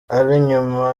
ab’inyuma